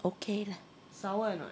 okay lah